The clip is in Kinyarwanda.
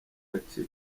yacitse